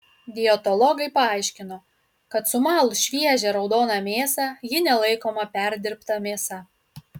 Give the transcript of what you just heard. dietologai paaiškino kad sumalus šviežią raudoną mėsą ji nelaikoma perdirbta mėsa